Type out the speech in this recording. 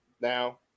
Now